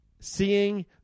seeing